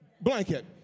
blanket